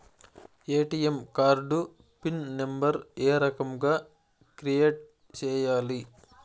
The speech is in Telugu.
ఎ.టి.ఎం కార్డు పిన్ నెంబర్ ఏ రకంగా క్రియేట్ సేయాలి